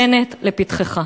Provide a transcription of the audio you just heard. בנט, לפתחך.